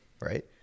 Right